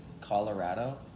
Colorado